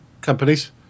companies